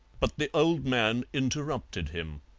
but the old man interrupted him.